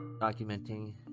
documenting